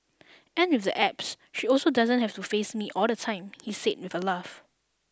and with the apps she also doesn't have to face me all the time he said with a laugh